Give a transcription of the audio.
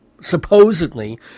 supposedly